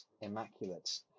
immaculate